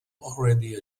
already